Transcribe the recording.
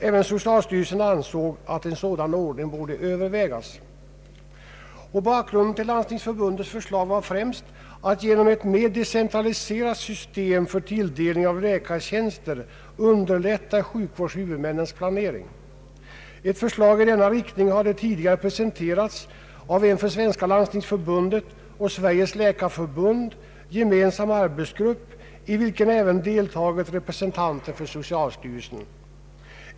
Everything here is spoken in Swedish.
Även socialstyrelsen ansåg att en sådan ändring borde övervägas. Bakgrunden till Landstingsförbundets förslag var främst att genom ett mer decentraliserat system för tilldelning av läkartjänster underlätta sjukvårdshuvudmännens planering. Ett förslag i denna riktning hade tidigare presenterats av en för Svenska landstingsförbundet och Sveriges läkarförbund gemensam arbetsgrupp, i vilken även deltagit representanter för socialstyrelsen.